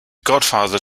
godfather